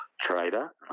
Trader